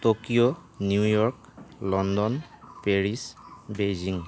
Tokyo New York London Paris Beijing